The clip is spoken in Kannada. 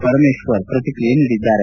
ಪರಮೇಶ್ವರ್ ಪ್ರತಿಕ್ರಿಯಿಸಿದ್ದಾರೆ